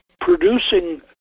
producing